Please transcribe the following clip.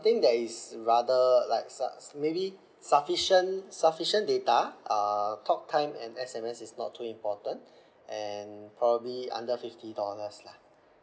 thing that is rather like suf~ maybe sufficient sufficient data uh talk time and S_M_S is not too important and probably under fifty dollars lah